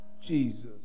Jesus